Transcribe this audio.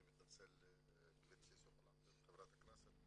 אני מתנצל גבירתי סופה לנדבר,